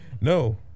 No